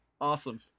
Awesome